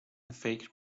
فکر